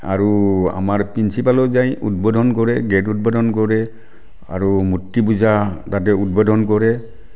আৰু আমাৰ প্ৰিঞ্চিপালো যায় উদ্বোধন কৰে গেট উদ্বোধন কৰে আৰু মূৰ্তি পূজা তাতে উদ্বোধন কৰে